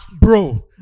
bro